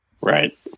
Right